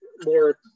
more